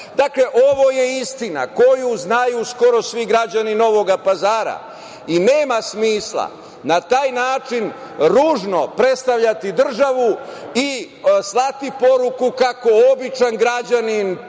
dela. Dakle, ovo je istina koju znaju skoro svi građani Novoga Pazara i nema smisla na taj način ružno predstavljati državu i slati poruku kako običan građanin